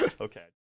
Okay